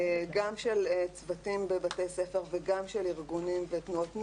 גם של צוותים בבתי ספר וגם של ארגונים ותנועות נוער,